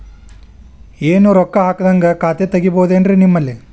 ಏನು ರೊಕ್ಕ ಹಾಕದ್ಹಂಗ ಖಾತೆ ತೆಗೇಬಹುದೇನ್ರಿ ನಿಮ್ಮಲ್ಲಿ?